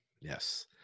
yes